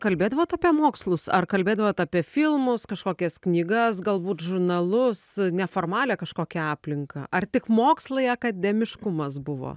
kalbėdavot apie mokslus ar kalbėdavot apie filmus kažkokias knygas galbūt žurnalus neformalią kažkokią aplinką ar tik mokslai akademiškumas buvo